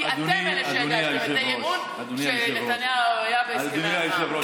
כי אתם אלה שהגשתם את האי-אמון כשנתניהו היה בהסכמי אברהם.